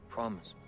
Promise